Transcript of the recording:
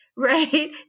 Right